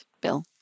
bill